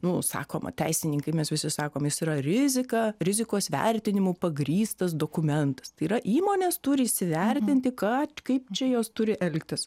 nu sakoma teisininkai mes visi sakom jis yra rizika rizikos vertinimu pagrįstas dokumentas tai yra įmonės turi įsivertinti kad kaip čia jos turi elgtis